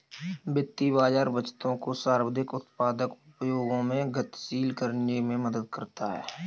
वित्तीय बाज़ार बचतों को सर्वाधिक उत्पादक उपयोगों में गतिशील करने में मदद करता है